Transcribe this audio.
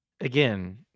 again